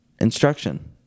instruction